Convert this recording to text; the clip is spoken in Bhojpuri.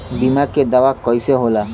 बीमा के दावा कईसे होला?